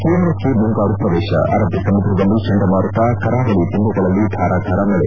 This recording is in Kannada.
ಕೇರಳಕ್ಕೆ ಮುಂಗಾರು ಪ್ರವೇತ ಅರಬ್ಬ ಸಮುದ್ರದಲ್ಲಿ ಚಂಡಮಾರುತ ಕರಾವಳ ಜಿಲ್ಲೆಗಳಲ್ಲಿ ಧಾರಾಕಾರ ಮಳೆ